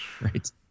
Right